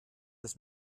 das